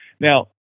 Now